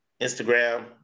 Instagram